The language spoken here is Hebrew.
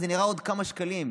זה נראה עוד כמה שקלים,